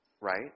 right